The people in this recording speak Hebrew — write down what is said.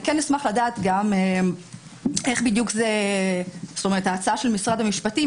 כן אשמח לדעת בעניין ההצעה של משרד המשפטים,